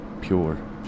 pure